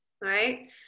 right